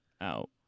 out